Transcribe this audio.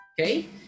okay